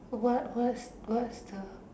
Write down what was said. what what's what's the